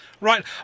Right